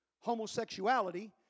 Homosexuality